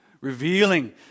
revealing